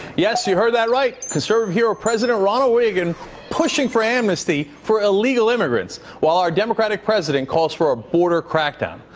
yes, you heard that right. conservative hero president ronald reagan pushing for amnesty for illegal immigrants, while our democratic president calls for a border crackdown.